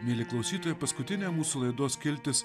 mieli klausytojai paskutinė mūsų laidos skiltis